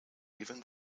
even